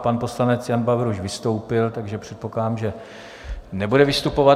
A pan poslanec Jan Bauer vystoupil, takže předpokládám, že nebude vystupovat.